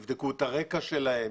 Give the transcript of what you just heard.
יבדקו את הרקע שלהן,